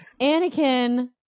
anakin